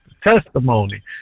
testimony